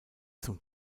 zum